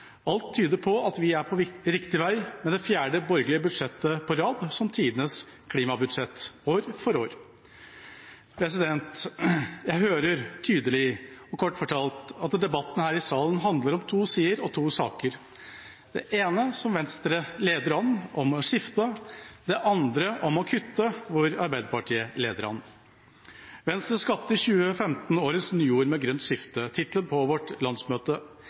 Alt tyder på at vi er på riktig vei med det fjerde borgerlige budsjettet på rad, som tidenes klimabudsjett – år for år. Jeg hører tydelig – og kort fortalt – at debatten her i salen handler om to sider og to saker. Det ene, som Venstre leder an, om å skifte, det andre, hvor Arbeiderpartiet leder an, om å kutte. Venstre skapte i 2015 årets nyord med «grønt skifte» – tittelen på vårt landsmøte.